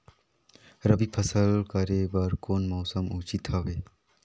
रबी फसल करे बर कोन मौसम उचित हवे?